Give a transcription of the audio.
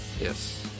Yes